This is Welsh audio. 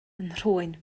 nhrwyn